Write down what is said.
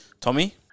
Tommy